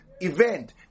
Event